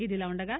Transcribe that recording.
ఇదిలాఉండగా